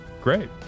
Great